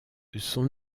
son